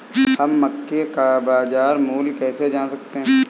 हम मक्के का बाजार मूल्य कैसे जान सकते हैं?